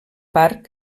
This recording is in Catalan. parc